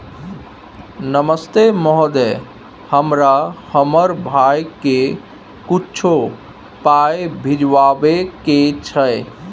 नमस्ते महोदय, हमरा हमर भैया के कुछो पाई भिजवावे के छै?